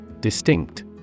Distinct